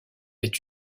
est